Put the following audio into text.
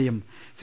എയും സി